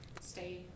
stay